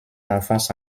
enfance